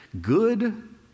good